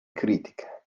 critica